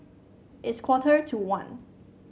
its quarter to one